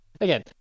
Again